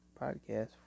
podcast